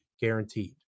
guaranteed